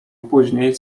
później